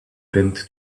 bent